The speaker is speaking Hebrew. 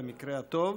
במקרה הטוב.